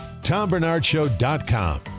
TomBernardShow.com